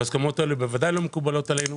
וההסכמות האלה בוודאי לא מקובלות עלינו.